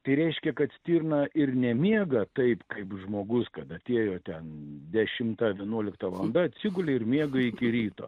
tai reiškia kad stirna ir nemiega taip kaip žmogus kad atėjo ten dešimta vienuolikta valanda atsigulė ir miega iki ryto